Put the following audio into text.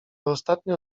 ostatnio